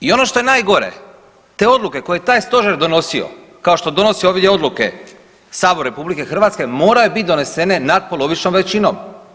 I ono što je najgore te odluke koje je taj stožer donosio kao što donosi ovdje odluke Sabor RH moraju bit donesene natpolovičnom većinom.